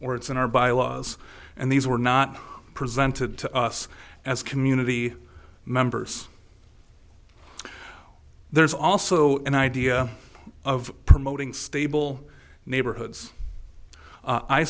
or it's in our byelaws and these were not presented to us as community members there's also an idea of promoting stable neighborhoods